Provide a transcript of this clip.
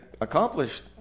accomplished